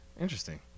Interesting